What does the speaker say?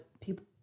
people